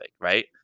right